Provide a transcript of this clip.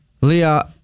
Leah